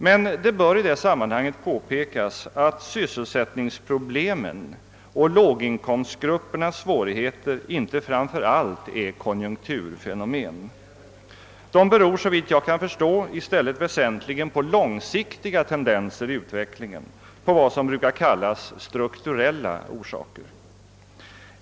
Men det bör i detta sammanhang påpekas att sysselsättningsproblemen och låginkomstgruppernas svårigheter inte framför allt är konjunkturfenomen. De beror såvitt jag kan förstå i stället väsentligen på långsiktiga tendenser i utvecklingen, på vad som brukar kallas strukturella orsaker.